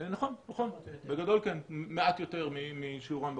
נכון, בגדול כן, מעט יותר משיעורן באוכלוסייה,